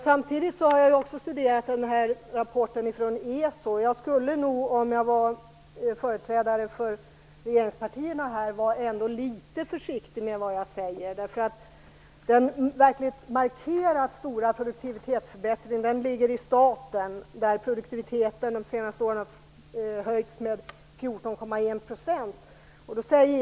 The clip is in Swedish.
Samtidigt har jag också studerat rapporten från ESO. Jag skulle nog vara litet försiktig med vad jag säger om jag var företrädare för regeringspartierna. Den markerat stora produktivitetsförbättringen ligger nämligen i staten. Produktiviteten har där ökat med 14,1 % under de senaste åren.